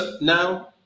now